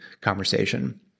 conversation